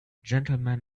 gentlemen